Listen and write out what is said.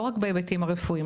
לא רק בהיבטים הרפואיים,